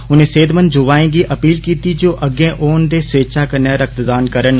उनें सेहतमंद युवाएं गी अपील कीती जे ओह् अग्गै होन ते स्वेच्छा कन्नै रक्तदान करन